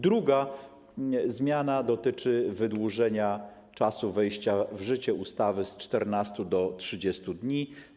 Druga zmiana dotyczy wydłużenia czasu wejścia w życie ustawy z 14 do 30 dni.